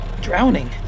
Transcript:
drowning